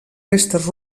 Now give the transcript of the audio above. restes